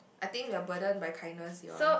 I think we're burdened by kindness